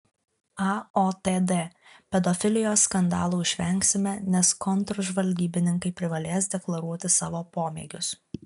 aotd pedofilijos skandalų išvengsime nes kontržvalgybininkai privalės deklaruoti savo pomėgius